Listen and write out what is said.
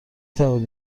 توانید